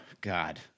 God